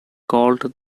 called